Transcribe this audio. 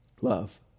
love